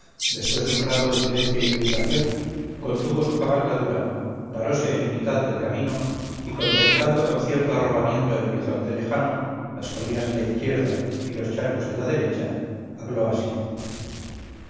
después de un rato de silencio y meditación contuvo su cabalgadura parose en mitad del camino y contemplando con cierto arrobamiento el horizonte lejano las colinas de la izquierda y los charcos de la derecha habló así